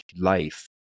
life